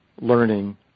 learning